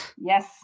Yes